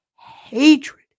Hatred